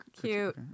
cute